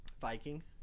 Vikings